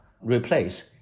replace